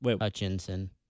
Hutchinson